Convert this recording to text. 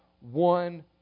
one